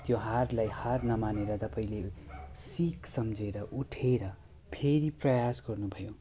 त्यो हारलाई हार नमानेर तपाईँले सिख सम्झेर उठेर फेरि प्रयास गर्नुभयो